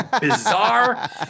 bizarre